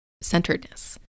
centeredness